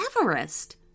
Everest